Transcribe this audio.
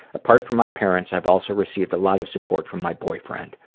apart from my parents, i've also received a lot of support from my boyfriend.